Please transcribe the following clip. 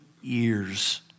years